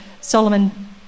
Solomon